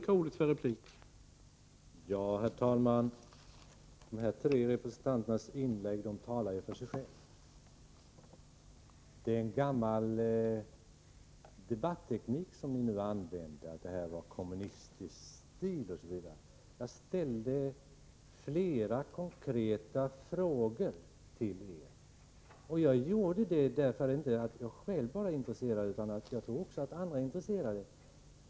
Herr talman! De här tre representanternas inlägg talar för sig själva. Det är en gammal debatteknik som ni använder om kommunistisk stil, osv. Jag ställde flera konkreta frågor till er, och jag gjorde det inte bara för att jag själv är intresserad utan därför att jag tror att även andra är intresserade.